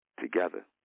Together